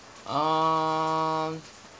um